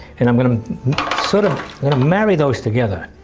and i'm going to sort of marry those together.